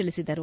ತಿಳಿಸಿದರು